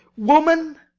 woman.